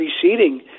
preceding